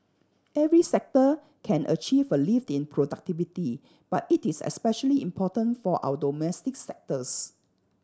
every sector can achieve a lift in productivity but it is especially important for our domestic sectors